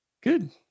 good